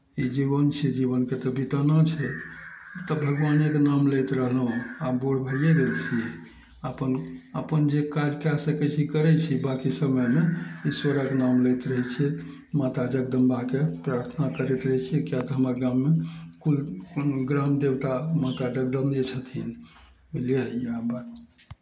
ई जीवन छियै जीवनके तऽ बिताना छै तऽ भगबानेके नाम लैत रहलहुॅं आब बूढ़ भैये गेल छी अपन अपन जे काज कऽ सकैत छी करै छी बाँकी समयमे ईश्वरक नाम लैत रहै छियै माता जगदम्बाके प्रार्थना करैत रहै छियै कियै तऽ हमर गाम मे कुल ग्राम देवता माता जगदमे छथिन बुझलियै यैह बात